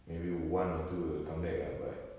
maybe one or two will come back ah but